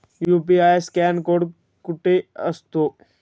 UPI scan code कुठे असतो?